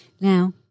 Now